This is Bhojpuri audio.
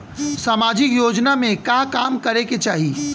सामाजिक योजना में का काम करे के चाही?